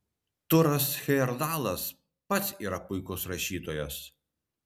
tūras hejerdalas pats yra puikus rašytojas